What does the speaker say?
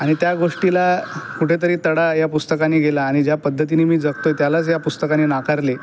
आणि त्या गोष्टीला कुठेतरी तडा या या पुस्तकाने गेला आणि ज्या पद्धतीनी मी जगतो आहे त्यालाच या पुस्तकाने नाकारले